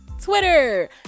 Twitter